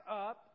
up